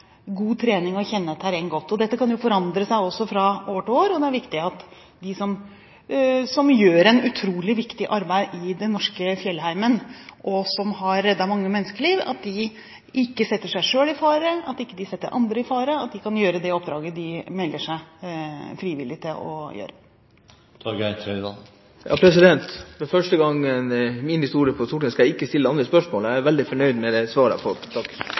god trening og kjenne terrenget godt. Dette kan jo forandre seg fra år til år, og det er viktig at de som gjør et utrolig viktig arbeid i den norske fjellheimen, og som har reddet mange menneskeliv, ikke setter seg selv i fare, ikke setter andre i fare, og at de kan utføre det oppdraget de melder seg frivillig til å gjøre. For første gang i min tid på Stortinget skal jeg ikke stille et spørsmål til. Jeg er veldig fornøyd med det svaret jeg har fått. Takk.